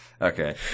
Okay